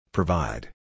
Provide